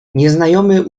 nieznajomy